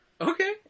Okay